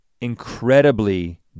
incredibly